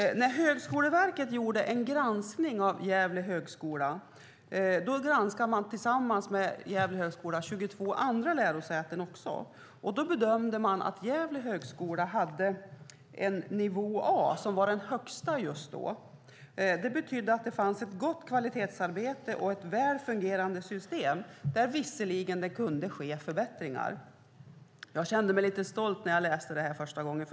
När Högskoleverket gjorde en granskning av Högskolan i Gävle, tillsammans med en granskning av 22 andra lärosäten, bedömde verket att Högskolan i Gävle var nivå A, den högsta just då. Det betydde att det fanns ett gott kvalitetsarbete och ett väl fungerande system, där det visserligen kunde ske förbättringar. Jag kände mig lite stolt när jag läste om detta första gången.